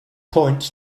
points